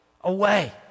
away